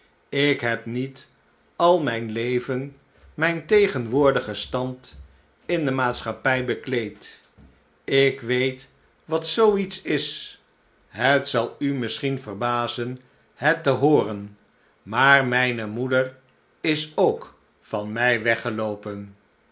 ik heb niet al mijn leven mijn tegenwoordigen stand in de maatschappij bekleed ik weet wat zoo iets is het zal u misschien verbazen het te hooren maar mijne moeder is ook van mij weggeloopen